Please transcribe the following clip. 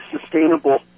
sustainable